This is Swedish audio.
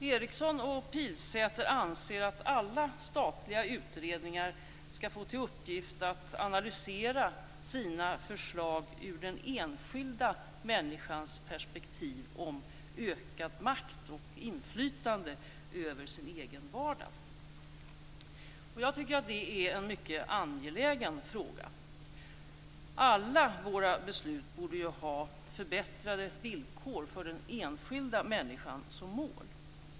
Eriksson och Pilsäter anser att alla statliga utredningar skall få till uppgift att analysera sina förslag ur den enskilda människans perspektiv när det gäller ökad makt och inflytande över sin egen vardag. Jag tycker att det är en mycket angelägen fråga. Alla våra beslut borde ha förbättrade villkor för den enskilda människan som mål.